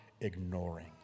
ignoring